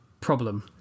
problem